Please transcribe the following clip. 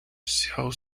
xiao